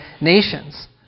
nations